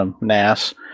NAS